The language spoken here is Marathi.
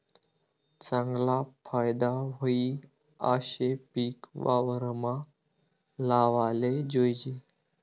चागला फायदा व्हयी आशे पिक वावरमा लावाले जोयजे